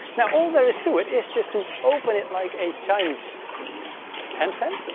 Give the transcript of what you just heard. now all there is to it is just to open it like a chinese hand fan,